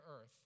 earth